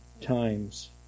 times